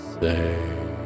say